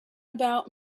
about